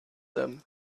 them